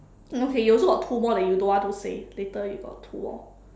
mm K you also got two more that you don't want to say later you got two more